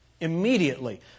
immediately